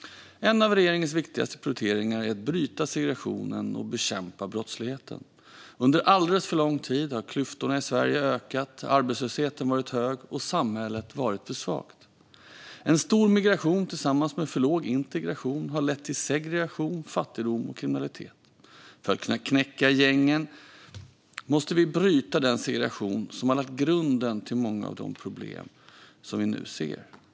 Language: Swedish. En av regeringens viktigaste prioriteringar är att bryta segregationen och bekämpa brottsligheten. Under alldeles för lång tid har klyftorna i Sverige ökat, arbetslösheten varit hög och samhället varit för svagt. En stor migration tillsammans med för låg integration har lett till segregation, fattigdom och kriminalitet. För att kunna knäcka gängen måste vi bryta den segregation som har lagt grunden till många av de problem som vi nu ser.